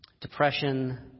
Depression